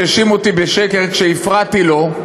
שהאשים אותי בשקר כשהפרעתי לו,